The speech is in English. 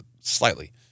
slightly